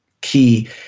key